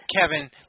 Kevin